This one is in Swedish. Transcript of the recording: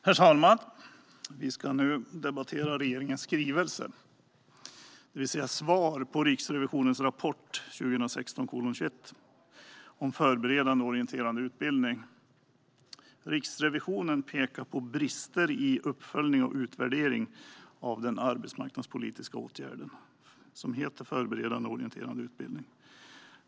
Herr talman! Vi ska nu debattera regeringens skrivelse, det vill säga svaret på Riksrevisionens rapport 2016:21 om förberedande och orienterande utbildning. Riksrevisionen pekar på brister i uppföljning och utvärdering av den arbetsmarknadspolitiska åtgärd som heter förberedande och orienterande utbildning.